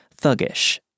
thuggish